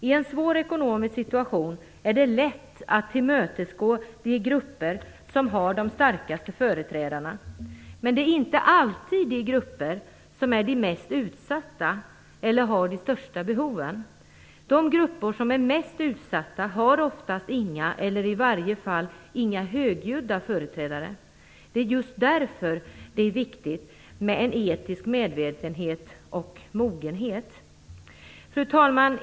I en svår ekonomisk situation är det lätt att tillmötesgå de grupper som har de starkaste företrädarna, men det är inte alltid de grupper som är de mest utsatta eller har de största behoven. De grupper som är de mest utsatta har oftast inga eller i varje fall inga högljudda företrädare. Just därför är det viktigt med en etisk medvetenhet och mogenhet. Fru talman!